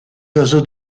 oiseaux